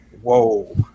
Whoa